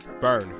Burn